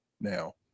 now